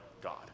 God